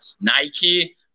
Nike